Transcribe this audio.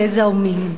גזע ומין.